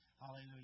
hallelujah